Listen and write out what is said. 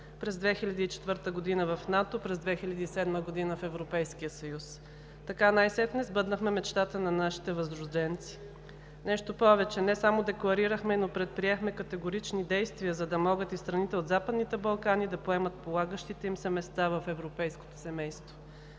през 2004 г. в НАТО, през 2007 г. в Европейския съюз. Така най-сетне сбъднахме мечтата на нашите възрожденци. Нещо повече, не само декларирахме, но предприехме категорични действия, за да могат и страните от Западните Балкани да поемат полагащите им се места в европейското семейство.